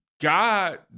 God